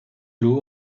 law